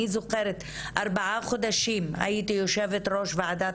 אני זוכרת שארבעה חודשים כשהייתי יושבת ראש ועדת